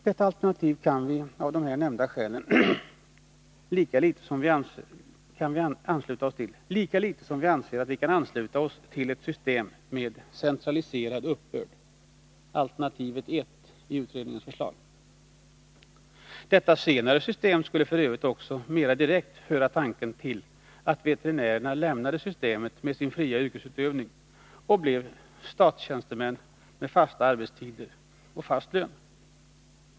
Detta alternativ kan vi av här nämnda skäl inte ställa oss bakom, liksom vi inte heller kan ansluta oss till systemet med centraliserad uppbörd — alternativet 1 i utredningens förslag. Detta senare system skulle f. ö. också mera direkt föra tanken till att veterinärerna lämnade systemet med sin fria yrkesutövning och blev statstjänstemän med fast arbetstid och fast lön.